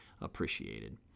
appreciated